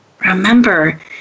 Remember